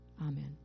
Amen